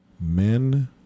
Men